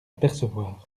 apercevoir